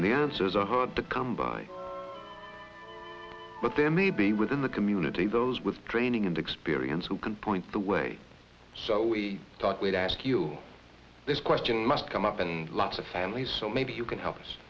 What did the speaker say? and the answers are hard to come by but there may be within the community those with training and experience who can point the way so we thought we'd ask you this question must come up in lots of families so maybe you can help us